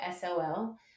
sol